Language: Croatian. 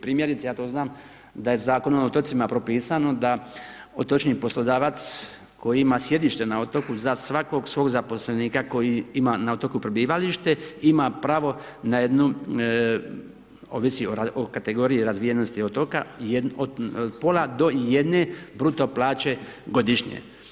Primjerice ja to znam da je Zakonom o otocima propisano da otočni poslodavac koji ima sjedište na otoku za svakog svog zaposlenika koji ima na otoku prebivalište ima pravo na jednu, ovisi o kategoriji razvijenosti otoka od pola do jedna bruto plaće godišnje.